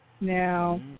Now